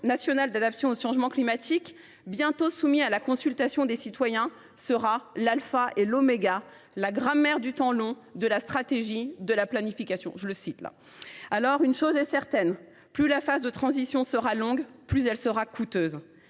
national d’adaptation au changement climatique, bientôt soumis à la consultation des citoyens, sera l’alpha et l’oméga, « la grammaire du temps long, de la stratégie, de la planification ». Une chose est certaine : plus la phase de transition sera longue, plus elle sera coûteuse.